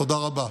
תודה רבה.